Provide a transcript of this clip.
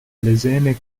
lesene